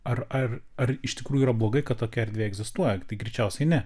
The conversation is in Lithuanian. ar ar ar iš tikrųjų yra blogai kad tokia erdvė egzistuoja tai greičiausiai ne